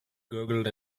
gurgled